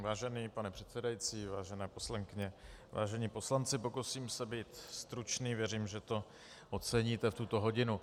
Vážený pane předsedající, vážené poslankyně, vážení poslanci, pokusím se být stručný, věřím, že to oceníte v tuto hodinu.